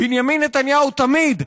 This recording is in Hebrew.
בנימין נתניהו תמיד,